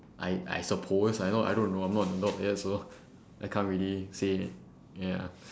I I suppose I not I don't know I'm not an adult yet so I can't really say ya